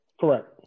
Correct